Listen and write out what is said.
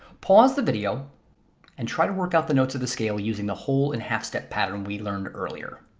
pause the video and try to work out the notes of the scale using the whole and half step pattern we learned earlier.